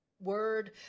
word